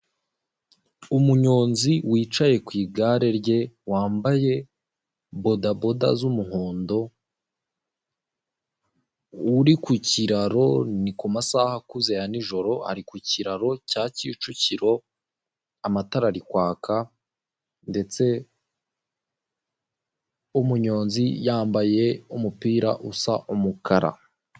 Umunyonzi wicaye ku igare rye wambaye bodaboda z'umuhondo, uri ku kiraro ni ku masaha akuze ya n'ijoro, ari ku kiraro cya Kicukiro, amatara ari kwaka ndetse umunyonzi yambaye umupira usa umukara.